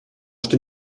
что